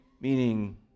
meaning